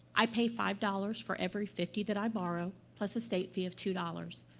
i pay five dollars for every fifty that i borrow, plus a state fee of two dollars.